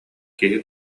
киһи